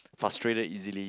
frustrated easily